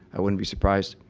i wouldn't be surprised.